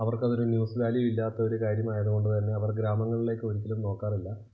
അവർക്ക് അതൊരു news value ഇല്ലാത്ത ഒരു കാര്യമായത് കൊണ്ട് തന്നെ അവർ ഗ്രാമങ്ങളിലേക്ക് ഒരിക്കലും നോക്കാറില്ല